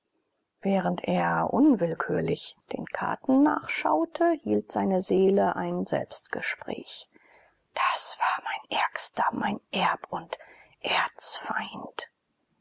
während er unwillkürlich den karten nachschaute hielt seine seele ein selbstgespräch das war mein ärgster mein erb und erzfeind